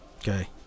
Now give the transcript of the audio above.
Okay